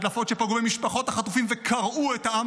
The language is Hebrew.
הדלפות שפגעו במשפחות החטופים וקרעו את העם